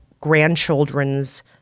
grandchildren's